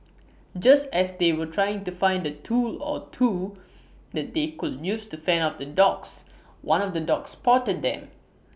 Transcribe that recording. just as they were trying to find A tool or two that they could use to fend off the dogs one of the dogs spotted them